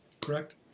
correct